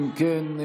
אם כן,